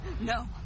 no